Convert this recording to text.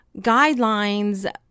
guidelines